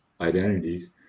identities